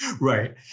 right